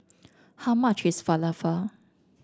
how much is Falafel